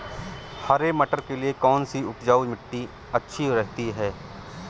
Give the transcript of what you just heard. हरे मटर के लिए कौन सी उपजाऊ मिट्टी अच्छी रहती है?